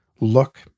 look